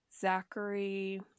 Zachary